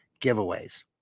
giveaways